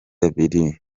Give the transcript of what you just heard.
abiri